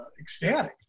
ecstatic